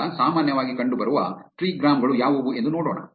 ಈಗ ಸಾಮಾನ್ಯವಾಗಿ ಕಂಡುಬರುವ ಟ್ರಿಗ್ರಾಮ್ ಗಳು ಯಾವುವು ಎಂದು ನೋಡೋಣ